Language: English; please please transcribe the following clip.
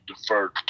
deferred